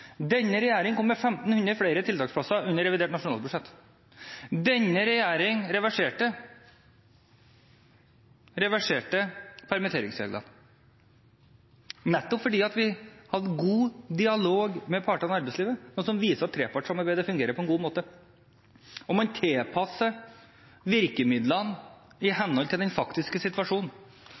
Denne regjeringen kom med 1 500 flere tiltaksplasser under revidert nasjonalbudsjett. Denne regjeringen reverserte permitteringsreglene, nettopp fordi vi hadde en god dialog med partene i arbeidslivet, noe som viser at trepartssamarbeidet fungerer på en god måte, og man tilpasser virkemidlene til den faktiske situasjonen.